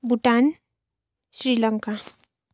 Bhutan Sri Lanka